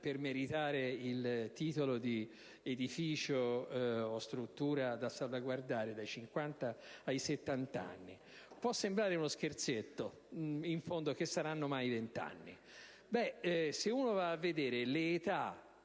per meritare il titolo di edificio o struttura da salvaguardare, che passa quindi dai 50 ai 70 anni. Può sembrare uno scherzetto; in fondo, che saranno mai vent'anni! Se uno va a vedere la